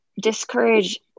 discourage